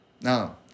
Now